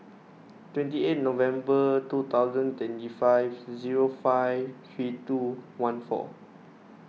twenty eight November two thousand twenty five zero five three two one four